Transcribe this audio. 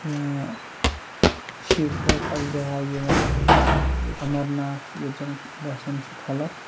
یا چھِ ییٚتہِ بٔڑ اَکھ جاے یِوان اَمرناتھ یوٚت زَن گژھان چھِ خلق